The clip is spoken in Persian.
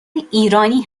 ایرانی